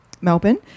Melbourne